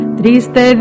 triste